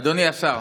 אדוני השר,